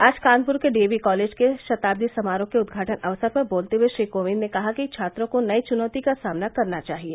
आज कानपुर के DAV college के शताब्दी समारोह के उद्घाटन अवसर पर बोलते हए श्री कोविंद ने कहा कि छात्रों को नई चुनौती का सामना करना चाहिए